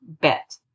bet